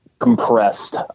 compressed